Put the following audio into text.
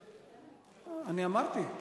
אמרתי.